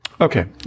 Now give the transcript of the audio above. Okay